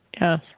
Yes